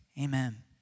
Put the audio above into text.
amen